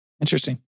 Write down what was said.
Interesting